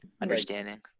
Understanding